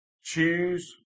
choose